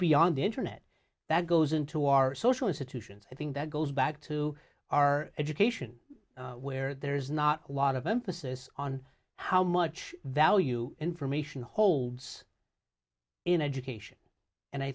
beyond the internet that goes into our social institutions i think that goes back to our education where there is not a lot of emphasis on how much value information holds in education and i